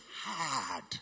hard